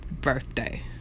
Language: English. birthday